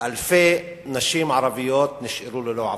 אלפי נשים ערביות נשארו ללא עבודה.